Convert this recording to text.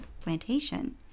plantation